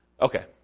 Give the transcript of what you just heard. Okay